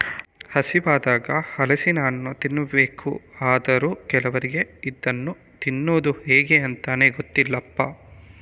ಹಸಿವಾದಾಗ ಹಲಸಿನ ಹಣ್ಣು ತಿನ್ಬೇಕು ಅಂದ್ರೂ ಕೆಲವರಿಗೆ ಇದನ್ನ ತಿನ್ನುದು ಹೇಗೆ ಅಂತಾನೇ ಗೊತ್ತಿಲ್ಲಪ್ಪ